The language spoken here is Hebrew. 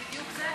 זה בדיוק זה.